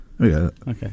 Okay